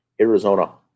arizona